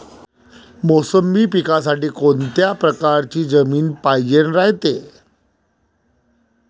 मोसंबी पिकासाठी कोनत्या परकारची जमीन पायजेन रायते?